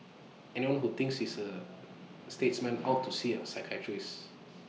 anyone who thinks he is A statesman ought to see A psychiatrist